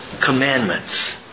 commandments